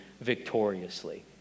victoriously